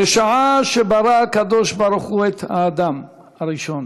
"בשעה שברא הקדוש ברוך הוא את האדם הראשון